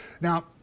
Now